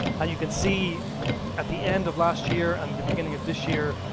and you can see at the end of last year and the beginning of this year,